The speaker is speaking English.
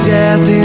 death